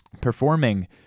performing